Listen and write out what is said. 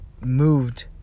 moved